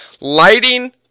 lighting